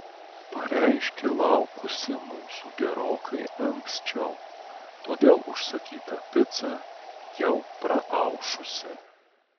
pareiškė laukusi mūsų gerokai anksčiau todėl užsakyta pica jau praaušusi